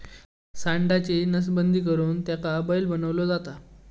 सांडाची नसबंदी करुन त्याका बैल बनवलो जाता